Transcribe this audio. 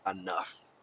enough